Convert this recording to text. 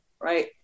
Right